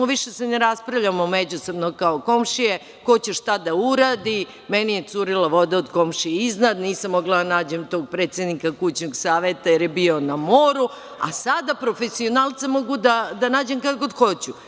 Više se ne raspravljamo međusobno kao komšije ko će šta da uradi, meni je curila voda od komšije iznad, nisam mogla da nađem tog predsednika kućnog saveta jer je bio na moru, a sada profesionalca mogu da nađem kad god hoću.